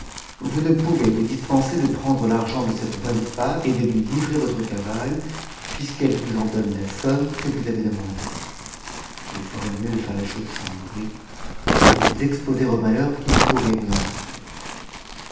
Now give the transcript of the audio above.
vous ne pouvez vous dispenser de prendre l'argent de cette bonne femme et de lui livrer votre cavale puisqu'elle vous en donne la somme que vous avez demandée vous ferez mieux de faire la chose sans bruit que de n vous exposer au malheur qui pourrait vous en arriver